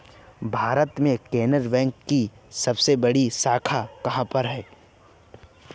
भारत में केनरा बैंक की सबसे बड़ी शाखा कहाँ पर है?